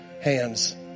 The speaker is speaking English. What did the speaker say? Hands